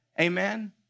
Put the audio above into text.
Amen